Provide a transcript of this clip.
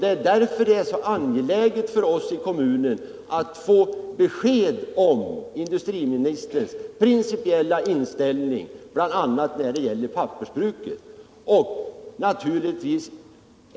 Det är därför som det är så angeläget för oss i kommunen att få besked om industriministerns principiella inställning bl.a. när det gäller pappersbruket.